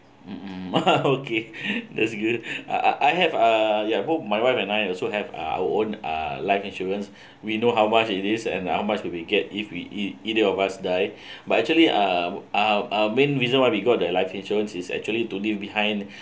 mm !wow! okay that's good I I have uh ya both my wife and I also have uh our own uh life insurance we know how much it is and how much will be get if we eit~ either of us die but actually uh um uh main reason why we got their life insurance is actually don't leave behind